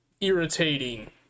irritating